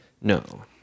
no